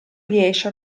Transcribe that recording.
riesce